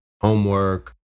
homework